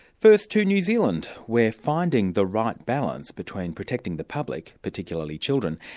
first to new zealand, where finding the right balance between protecting the public, particularly children,